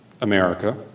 America